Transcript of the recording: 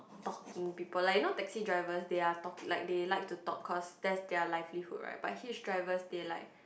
talking people like you know taxi drivers they're talk they like to talk cause that's their livelihood right but Hitch drivers they like